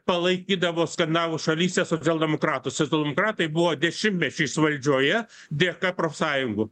palaikydavo skandinavų šalyse socialdemokratus socialdemokratai buvo dešimtmečiais valdžioje dėka profsąjungų